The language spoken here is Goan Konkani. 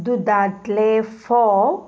दुदांतले फोव